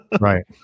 Right